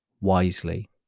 wisely